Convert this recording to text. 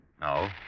No